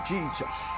Jesus